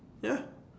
ya